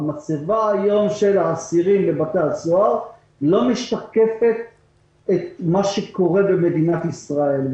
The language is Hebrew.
מצבת האסירים היום בבתי הסוהר לא משקפת את מה שקורה במדינת ישראל.